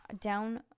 down